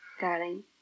Darling